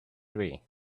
three